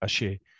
Ache